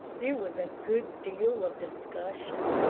there was a good deal of discussion,